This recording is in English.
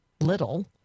little